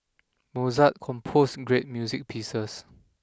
Mozart composed great music pieces